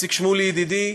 איציק שמולי, ידידי,